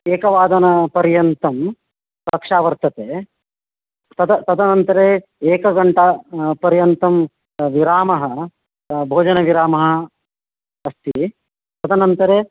एकवादनपर्यन्तं कक्षा वर्तते तद् तदनन्तरे एकघण्टा पर्यन्तं विरामः भोजनविरामः अस्ति तदनन्तरे